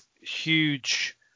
huge